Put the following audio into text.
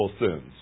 sins